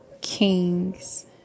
Kings